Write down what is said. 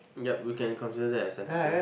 yup we can consider that as sensitive